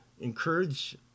Encourage